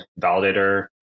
validator